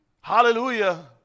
Hallelujah